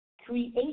Create